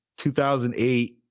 2008